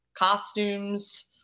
Costumes